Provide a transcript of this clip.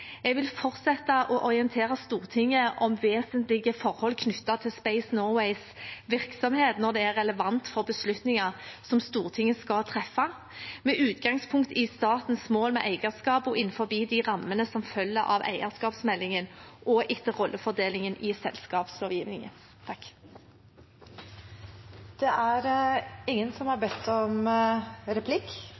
Jeg vil fortsette å orientere Stortinget om vesentlige forhold knyttet til Space Norways virksomhet når det er relevant for beslutninger som Stortinget skal treffe, med utgangspunkt i statens mål med eierskap og innenfor de rammene som følger av eierskapsmeldingen og etter rollefordelingen i selskapslovgivningen.